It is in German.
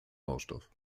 baustoff